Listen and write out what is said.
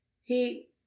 He